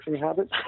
habits